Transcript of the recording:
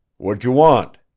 what d'j' want?